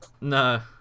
No